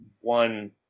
one